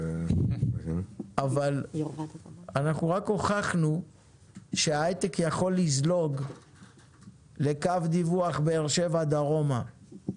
אבל אנחנו רק הוכחנו שהיי-טק יכול לזלוג לקו דיווח באר שבע דרומה.